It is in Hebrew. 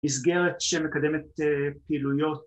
מסגרת שמקדמת פעילויות